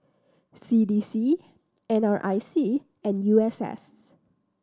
C D C N R I C and U S S